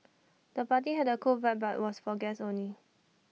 the party had A cool vibe but was for guests only